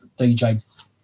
DJ